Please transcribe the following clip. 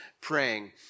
praying